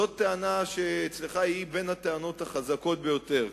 זו טענה שאצלך היא בין הטענות החזקות ביותר,